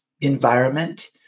environment